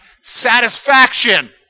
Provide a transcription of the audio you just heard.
satisfaction